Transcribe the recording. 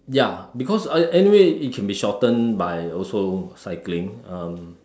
ya because I anyway it can be shortened by also cycling um